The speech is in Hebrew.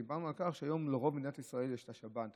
דיברנו על כך שהיום לרוב מדינת ישראל יש שב"ן,